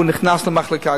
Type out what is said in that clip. הוא נכנס למחלקה,